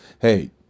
hey